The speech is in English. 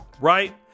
right